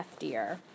heftier